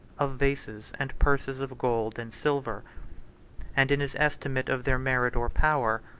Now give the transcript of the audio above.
of vases, and purses of gold and silver and in his estimate of their merit or power,